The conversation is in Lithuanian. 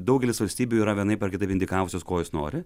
daugelis valstybių yra vienaip ar kitaip indikavusios ko jos nori